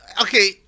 Okay